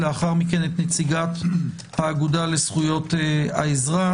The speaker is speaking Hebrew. לאחר מכן את נציגי האגודה לזכויות האזרח,